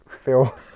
feel